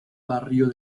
barrio